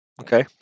Okay